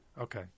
Okay